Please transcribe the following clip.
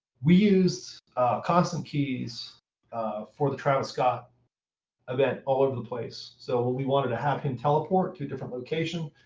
we used constant keys for the travis scott event, all over the place. so when we wanted to have him teleport to different location,